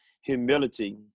humility